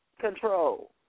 control